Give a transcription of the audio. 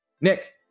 Nick